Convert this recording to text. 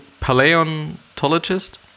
paleontologist